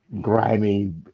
grimy